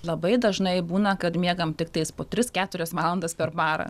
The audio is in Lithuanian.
labai dažnai būna kad miegam tiktai po tris keturias valandas per parą